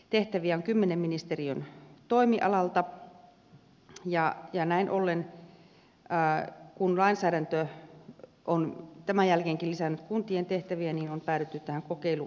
tehtäviä on kymmenen ministeriön toimialalta ja näin ollen kun lainsäädäntö on tämän jälkeenkin lisännyt kuntien tehtäviä on päädytty tähän kokeilulakiin